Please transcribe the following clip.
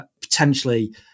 potentially